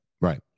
Right